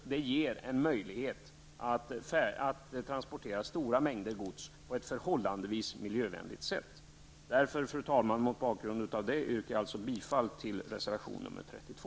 Det ger en möjlighet att transportera stora mängder gods på ett förhållandevis miljövänligt sätt. Mot bakgrund av detta yrkar jag, fru talman, bifall till reservation 32.